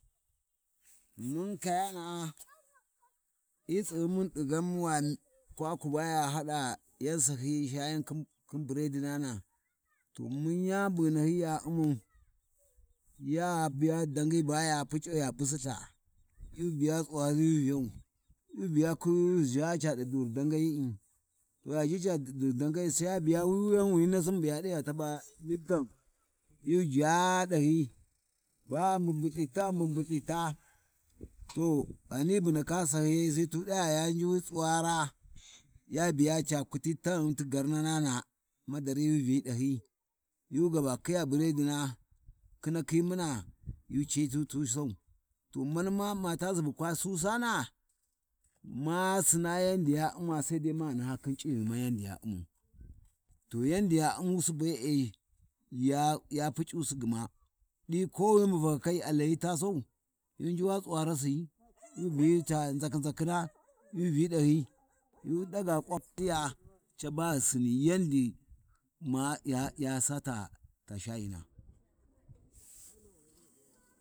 ﻿Mun kayanaa hyi tsighimun ɗaghan wa ka kwa kwaku baya haɗa yan Sahyiyi shayin khin Bredi nana, to mun yani bu ghi nahyi ya U'mau, ya biya dangai baya puc'i ya busuza, yu biya tsuwari yu Vyau, yu biya kuwi yu ʒha caɗi duri dangaiyi’i, ya ʒhi caɗi duri dangai, sai ya biya wuyanwini nasin bu ya ɗina taba lipiton, yu vya ɗhyi, ba a mbubulthita a mbulthita, to ghani bu ndaka sahyiyai sai tu ɗaya ya njuwi tsuwara, ya biya ca kuti taghin ti gwamana madari yu Vyi ɗahyi, yu gaba khiya Burodi na, khinakhi muna, to maniha ma kwa Subu Susana, ma Sinna yadda ya u'ma Saida ma naha khin c'ighima yadda ya U'mai to yadda ya U’mmusi be’e, ya pukusi gma ɗi kowini bu fakakai a layi ta sau-yu biya tsuwara si, iyu Vyi ta nzankhi nʒakhina Yu Vyi ɗahyi ‘ hu ɗaga kwafiya, caba yaddi ghi Sina ya-ya. Sa ta-ta shayina.